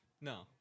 No